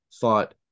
thought